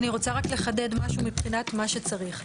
אני רוצה לחדד משהו מבחינת מה שצריך.